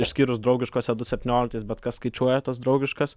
išskyrus draugiškose du septynioliktais bet kas skaičiuoja tas draugiškas